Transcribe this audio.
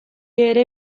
ere